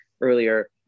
earlier